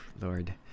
Lord